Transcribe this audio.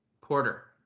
Porter